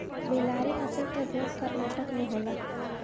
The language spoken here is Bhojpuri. बेल्लारी नसल क भेड़ कर्नाटक में होला